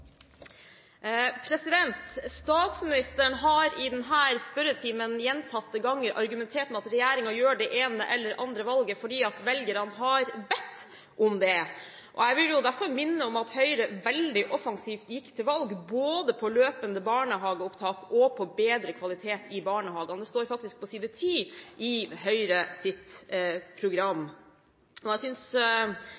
Statsministeren har i denne spørretimen gjentatte ganger argumentert med at regjeringen gjør det ene eller det andre valget fordi velgerne har bedt om det. Jeg vil derfor minne om at Høyre veldig offensivt gikk til valg på både løpende barnehageopptak og bedre kvalitet i barnehagene. Det står faktisk på side 10 i Høyres program.